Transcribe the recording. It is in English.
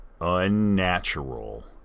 unnatural